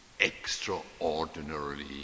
extraordinarily